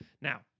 Now